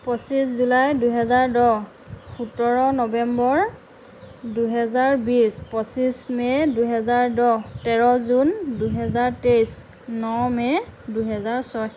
পঁচিছ জুলাই দুহেজাৰ দহ সোতৰ নৱেম্বৰ দুহেজাৰ বিছ পঁচিছ মে' দুহেজাৰ দহ তেৰ জুন দুহেজাৰ তেইছ ন মে' দুহেজাৰ ছয়